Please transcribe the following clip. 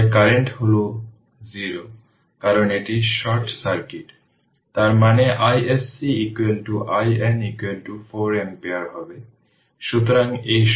তাই ধরে নিই যে t 0 সময়ে আমরা ধরে নিই যে ইন্ডাক্টরের একটি ইনিশিয়াল কারেন্ট I0 আছে